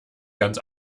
ganz